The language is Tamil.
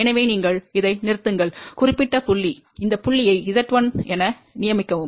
எனவே நீங்கள் இதை நிறுத்துங்கள் குறிப்பிட்ட புள்ளி இந்த புள்ளியை z1 என நியமிக்கவும்